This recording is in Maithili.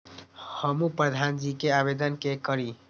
हमू प्रधान जी के आवेदन के करी?